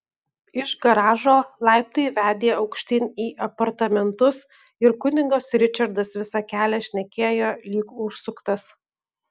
iš garažo laiptai vedė aukštyn į apartamentus ir kunigas ričardas visą kelią šnekėjo lyg užsuktas